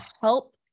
help